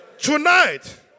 Tonight